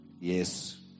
Yes